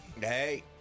Hey